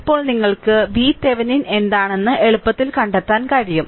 ഇപ്പോൾ നിങ്ങൾക്ക് VThevenin എന്താണെന്ന് എളുപ്പത്തിൽ കണ്ടെത്താൻ കഴിയും